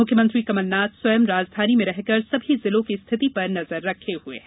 मुख्यमंत्री कमलनाथ स्वयं राजधानी में रहकर सभी जिलों की स्थिति पर नजर रखे हुए हैं